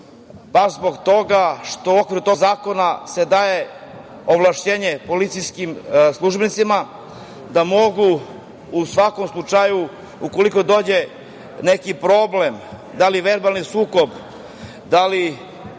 baš zbog toga što u okviru tog zakona se daje ovlašćenje policijskim službenicima da mogu u svakom slučaju, ukoliko dođe neki problem, da li verbalni sukob, da li